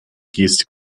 gestik